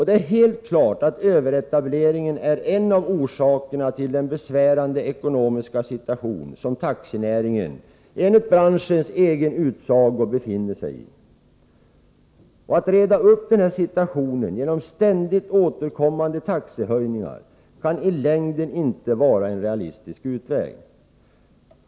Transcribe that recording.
Det är helt klart att överetableringen är en av orsakerna till den besvärande ekonomiska situation som taxinäringen, enligt branschens egen utsago, befinner sig i. Att reda upp den situationen genom ständigt återkommande taxehöjningar kan inte i längden vara någon realistisk utväg.